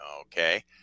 okay